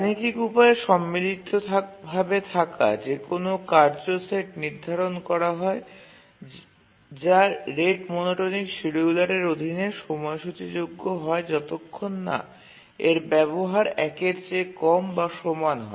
গাণিতিক উপায়ে সম্মিলিত ভাবে থাকা যে কোনও কার্য সেট নির্ধারণ করা হয় যা রেট মনোটোনিক শিডিয়ুলারের অধীনে সময়সূচীযোগ্য হয় যতক্ষণ না এর ব্যবহার ১ এর চেয়ে কম বা সমান হয়